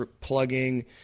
plugging